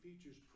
features